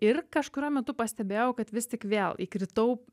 ir kažkuriuo metu pastebėjau kad vis tik vėl įkritau